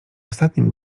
ostatnim